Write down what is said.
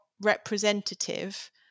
representative